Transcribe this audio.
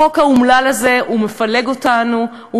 החוק האומלל הזה מפלג אותנו,